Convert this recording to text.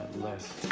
les,